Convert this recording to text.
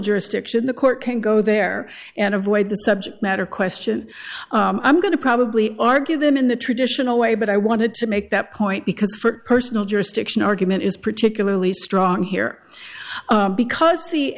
jurisdiction the court can go there and avoid the subject matter question i'm going to probably argue them in the traditional way but i wanted to make that point because for personal jurisdiction argument is particularly strong here because the